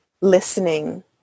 Listening